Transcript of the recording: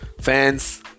fans